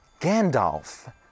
Gandalf